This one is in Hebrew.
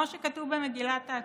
כמו שכתוב במגילת העצמאות: